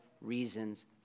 reasons